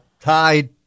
tied